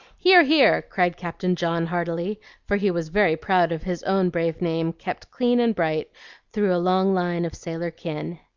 hear! hear! cried captain john, heartily for he was very proud of his own brave name kept clean and bright through a long line of sailor kin.